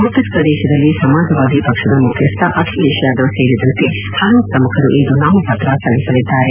ಉತ್ತರ ಪ್ರದೇಶದಲ್ಲಿ ಸಮಾಜವಾದಿ ಪಕ್ಷದ ಮುಖ್ಯಸ್ಥ ಅಖಿಲೇಶ್ ಯಾದವ್ ಸೇರಿದಂತೆ ಹಲವು ಪ್ರಮುಖರು ಇಂದು ನಾಮಪತ್ರ ಸಲ್ಲಿಸಲಿದ್ದಾರೆ